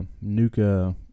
Nuka